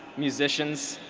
musicians,